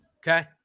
Okay